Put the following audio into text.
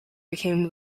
became